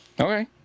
Okay